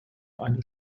eine